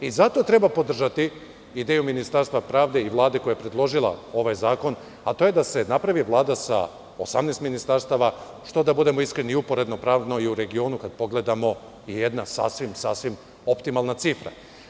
I zato treba podržati ideju Ministarstva pravda i Vlade koja je predložila ovaj zakon, a to je da se napravi Vlada sa 18 ministarstava što da budem iskren i uporedno pravno i u regionu, kad pogledamo i jedna sasvim, sasvim optimalna cifra.